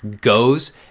goes